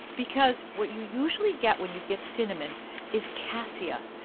because what you usually get when you get cinnamon is cassia.